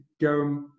go